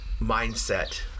mindset